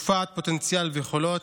שופעת פוטנציאל ויכולת.